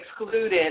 excluded